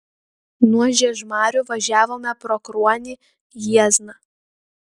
nuo žiežmarių važiavome pro kruonį jiezną